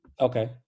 Okay